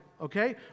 okay